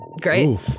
Great